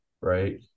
right